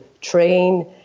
train